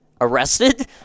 arrested